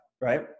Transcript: right